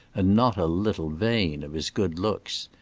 and not a little vain of his good looks.